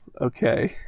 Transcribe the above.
okay